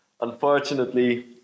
unfortunately